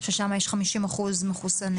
ששם יש חמישים אחוז מחוסנים.